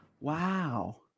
Wow